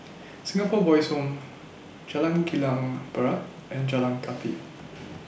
Singapore Boys' Home Jalan Kilang Barat and Jalan Kathi